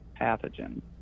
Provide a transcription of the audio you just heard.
pathogen